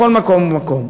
בכל מקום ומקום.